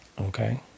Okay